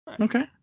Okay